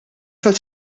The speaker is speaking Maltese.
fatt